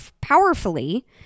powerfully